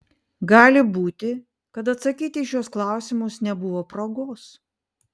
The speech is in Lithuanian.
gali būti kad atsakyti į šiuos klausimus nebuvo progos